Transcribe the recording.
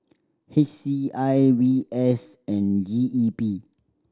H C I V S and G E P